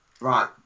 Right